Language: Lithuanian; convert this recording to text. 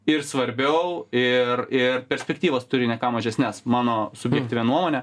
ir svarbiau ir ir perspektyvas turi ne ką mažesnes mano subjektyvia nuomone